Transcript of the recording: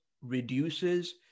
reduces